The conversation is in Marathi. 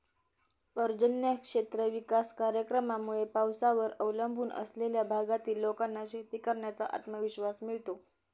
पर्जन्य क्षेत्र विकास कार्यक्रमामुळे पावसावर अवलंबून असलेल्या भागातील लोकांना शेती करण्याचा आत्मविश्वास मिळतो